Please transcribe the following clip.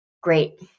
Great